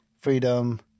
Freedom